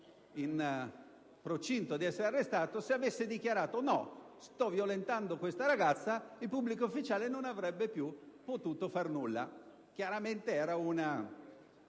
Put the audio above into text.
in procinto di essere arrestato, avesse dichiarato: no, sto violentando questa ragazza, il pubblico ufficiale non avrebbe potuto più fare nulla. Chiaramente era un